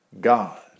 God